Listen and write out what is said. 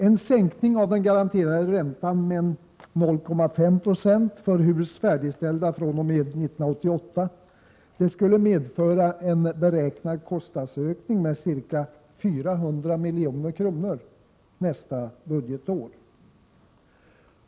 En sänkning av den garanterade räntan med 0,5 96 för hus färdigställda fr.o.m. 1988 beräknas medföra en kostnadsökning med ca 400 milj.kr. nästa budgetår.